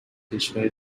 کشوری